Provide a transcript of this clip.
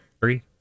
Three